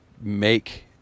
make